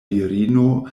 virino